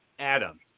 Adam